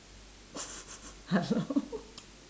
hello